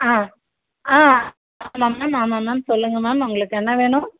ஆ ஆ ஆமாம் மேம் ஆமாம் மேம் சொல்லுங்கள் மேம் உங்களுக்கு என்ன வேணும்